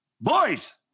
boys